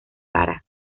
cara